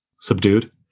subdued